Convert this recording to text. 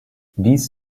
dies